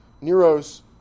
Nero's